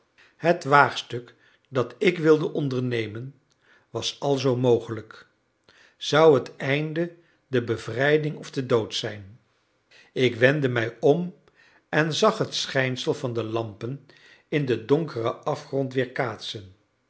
het waagstuk dat ik wilde ondernemen was alzoo mogelijk zou het einde de bevrijding of de dood zijn ik wendde mij om en zag het schijnsel van de lampen in den donkeren afgrond weerkaatsen